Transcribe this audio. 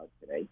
today